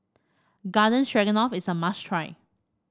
Garden Stroganoff is a must try